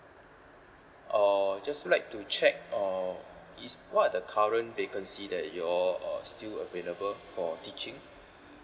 uh just like to check uh is what are the current vacancy that you all uh still available for teaching